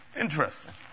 Interesting